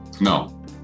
No